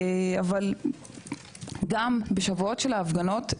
אבל גם בשבועות של ההפגנות,